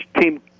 team